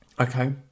Okay